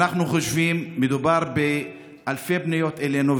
מדובר באלפי פניות אלינו.